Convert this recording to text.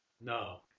No